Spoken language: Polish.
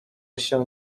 się